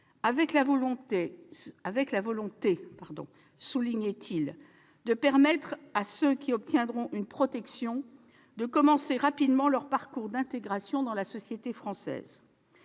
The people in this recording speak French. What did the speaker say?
Il voulait, soulignait-il, permettre à ceux qui obtiendront une protection de commencer rapidement leur parcours d'intégration dans la société française